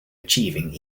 achieving